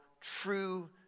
true